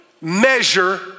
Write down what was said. measure